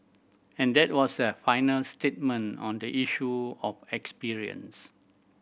and that was their final statement on the issue of experience